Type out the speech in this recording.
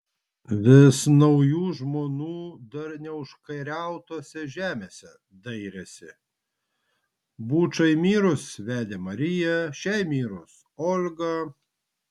vis naujų žmonų dar neužkariautose žemėse dairėsi bučai mirus vedė mariją šiai mirus olgą